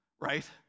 right